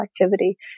activity